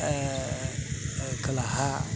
खोलाहा